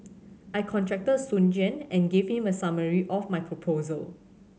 I contacted Soon Juan and gave him a summary of my proposal